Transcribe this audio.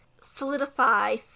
solidify